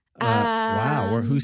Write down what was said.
Wow